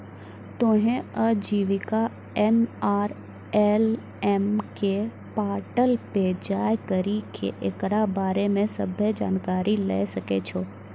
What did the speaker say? तोहें आजीविका एन.आर.एल.एम के पोर्टल पे जाय करि के एकरा बारे मे सभ्भे जानकारी लै सकै छो